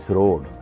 road